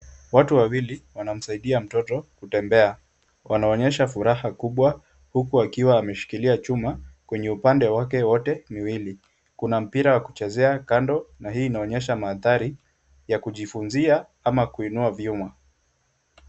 Watu wawili wanamsaidia mtoto kutembea. Wanaonyesha furaha kubwa huku wakiwa wameshikilia chuma kwenye upande wote miwili. Kuna mpira wa kucheza kando na hii inaonyesha mandhari ya kujifunza ama kuinua vyuma.